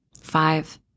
Five